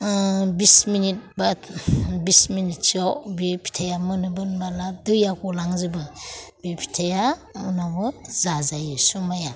बिस मिनिट बा बिस मिनिटसोआव बे फिथाइआ मोनोब्ला दैया गलांजोबो बे फिथाया उनाव जाजायो सुमाया